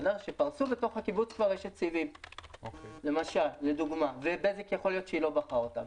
שפרסו כבר בתוך הקיבוץ רשת סיבים ויכול להיות שבזק לא בחרה אותם.